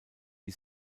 die